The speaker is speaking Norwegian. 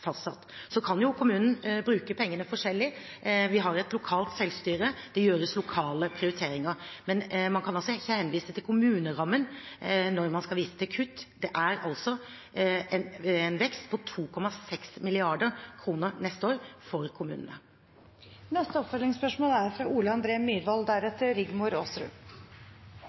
fastsatt. Kommunene kan jo bruke pengene forskjellig. Vi har et lokalt selvstyre, og det gjøres lokale prioriteringer. Men man kan ikke henvise til kommunerammen når man skal vise til kutt. Det er en vekst på 2,6 mrd. kr til neste år for kommunene. Ole André Myhrvold – til oppfølgingsspørsmål. Det er